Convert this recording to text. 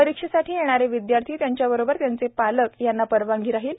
परीक्षेसाठी येणारे विदयार्थी त्यांच्यासोबत त्यांचे पालक यांना परवानगी राहतील